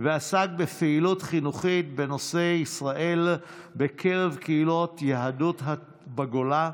ועסק בפעילות חינוכית בנושא ישראל בקרב קהילות יהודיות בגולה,